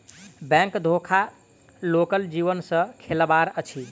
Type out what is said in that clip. bank धोखा लोकक जीवन सॅ खेलबाड़ अछि